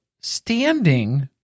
standing